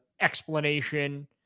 explanation